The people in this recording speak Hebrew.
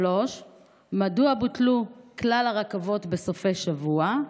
3. מדוע בוטלו כלל הרכבות בסופי שבוע?